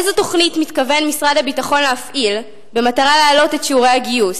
איזו תוכנית מתכוון משרד הביטחון להפעיל במטרה להעלות את שיעורי הגיוס,